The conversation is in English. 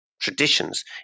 traditions